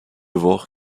voir